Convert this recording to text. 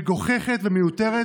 מגוחכת ומיותרת